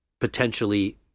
potentially